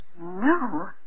No